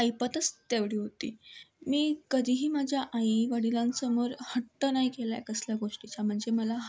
ऐपतच तेवढी होती मी कधीही माझ्या आई वडिलांसमोर हट्ट नाही केला आहे कसल्या गोष्टीचा म्हणजे मला